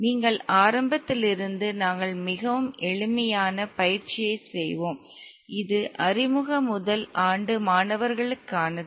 நீங்கள் ஆரம்பித்ததிலிருந்து நாங்கள் மிகவும் எளிமையான பயிற்சியைச் செய்வோம் இது அறிமுக முதல் ஆண்டு மாணவர்களுக்கானது